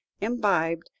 imbibed